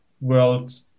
world